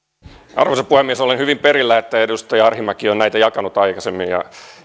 arvoisa puhemies olen hyvin perillä että edustaja arhinmäki on näitä jakanut aikaisemmin ja